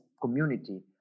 community